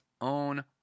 own